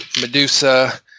Medusa